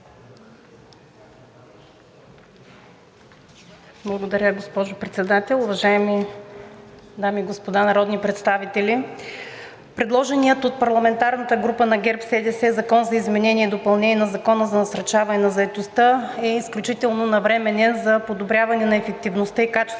Благодаря, госпожо Председател. Уважаеми дами и господа народни представители, предложеният от парламентарната група на ГЕРБ-СДС Законопроект за изменение и допълнение на Закона за насърчаване на заетостта е изключително навременен за подобряване на ефективността и качеството